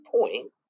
point